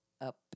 up